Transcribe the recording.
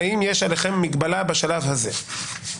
האם יש עליכם מגבלה בשלב הזה?